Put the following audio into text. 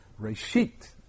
Reshit